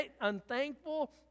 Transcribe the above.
unthankful